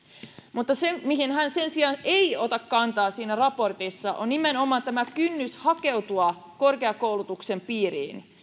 mutta se mihin hän sen sijaan ei ota kantaa siinä raportissa on nimenomaan tämä kynnys hakeutua korkeakoulutuksen piiriin